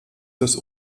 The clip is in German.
das